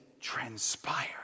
transpire